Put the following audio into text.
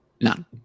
None